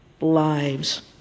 lives